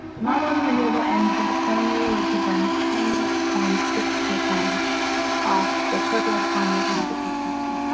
more than renewable energy only represent ten point six percent of the total final energy consumption.